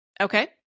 Okay